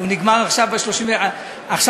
זה נגמר עכשיו, ב-31 בחודש.